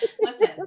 Listen